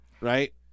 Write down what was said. right